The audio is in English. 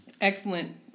Excellent